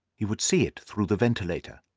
he would see it through the ventilator.